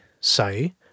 say